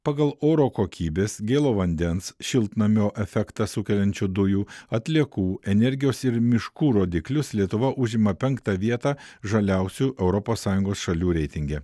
pagal oro kokybės gėlo vandens šiltnamio efektą sukeliančių dujų atliekų energijos ir miškų rodiklius lietuva užima penktą vietą žaliausių europos sąjungos šalių reitinge